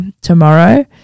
tomorrow